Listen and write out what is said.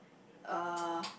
uh